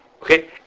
Okay